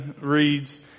reads